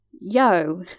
yo